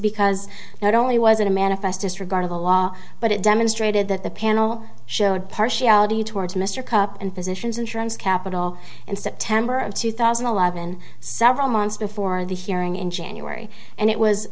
because not only was it a manifest disregard of the law but it demonstrated that the panel showed partiality towards mr cup and positions insurance capital in september of two thousand and eleven several months before the hearing in january and it was